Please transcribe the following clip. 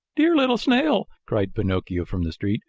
dear little snail, cried pinocchio from the street.